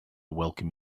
welcome